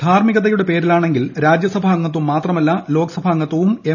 ധാർമികതയുടെ പേരിലാണെങ്കിൽ രാജ്യസഭാംഗത്വം മാത്രമല്ല ലോക്സഭാംഗത്വവും എം